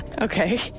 okay